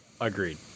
Agreed